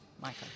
Michael